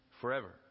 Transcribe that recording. forever